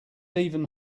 even